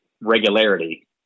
regularity